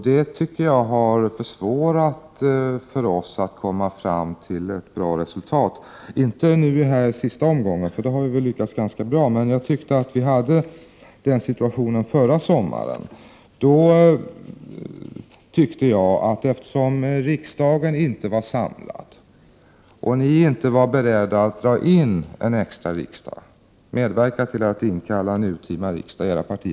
Jag tycker att det har gjort det svårare för oss att komma fram till ett bra resultat — inte vad gäller den senaste omgången, för där har vi lyckats ganska bra, men förra sommaren då riksdagen inte var samlad och ni inte var beredda att medverka till att en urtima riksdag inkallades.